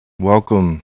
Welcome